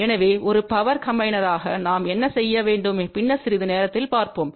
எனவே ஒரு பவர் கம்பினேர்யாக நாம் என்ன செய்ய வேண்டும் பின்னர் சிறிது நேரத்தில் பார்ப்போம்